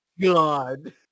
God